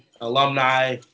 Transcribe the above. alumni